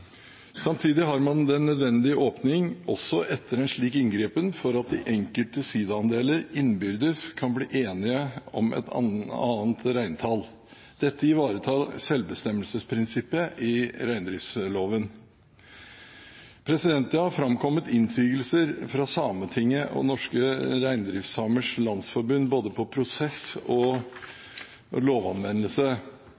Samtidig har man den nødvendige åpning også etter en slik inngripen for at de enkelte siidaandeler innbyrdes kan bli enige om et annet reintall. Dette ivaretar selvbestemmelsesprinsippet i reindriftsloven. Det har framkommet innsigelser fra Sametinget og Norske Reindriftsamers Landsforbund på både prosess og